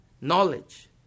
knowledge